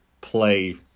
play